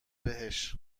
بهش